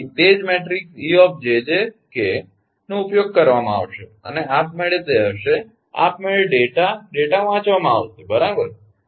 તેથી તે જ મેટ્રિક્સ 𝑒𝑗𝑗 𝑘 નો ઉપયોગ કરવામાં આવશે અને આપમેળે તે હશે આપમેળે ડેટા ડેટા વાંચવામાં આવશે બરાબર